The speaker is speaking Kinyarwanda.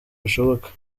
bishoboka